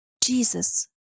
Jesus